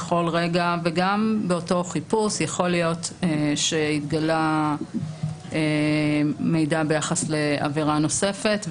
בכל רגע וגם באותו חיפוש יכול להיות שהתגלה מידע ביחס לעבירה נוספת,